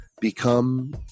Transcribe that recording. become